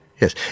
Yes